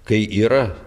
kai yra